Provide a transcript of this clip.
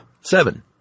Seven